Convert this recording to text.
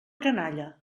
canalla